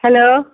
hello